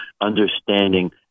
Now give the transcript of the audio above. understanding